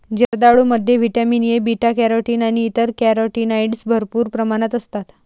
जर्दाळूमध्ये vitamin A, beta carotene आणि इतर कॅरोटीनॉइड्स भरपूर प्रमाणात असतात